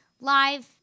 live